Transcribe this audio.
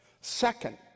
Second